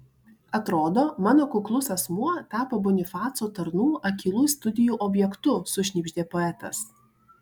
atrodo mano kuklus asmuo tapo bonifaco tarnų akylų studijų objektu sušnypštė poetas